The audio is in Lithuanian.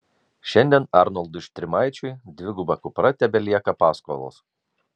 šiandien arnoldui štrimaičiui dviguba kupra tebelieka paskolos